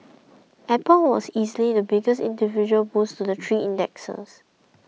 Apple was easily the biggest individual boost to the three indexes